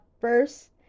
first